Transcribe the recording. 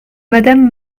madame